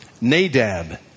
Nadab